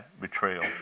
betrayal